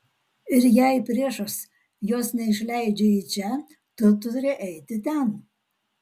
ir jei priešas jos neišleidžia į čia tu turi eiti ten